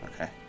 Okay